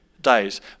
days